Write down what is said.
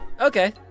okay